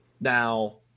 now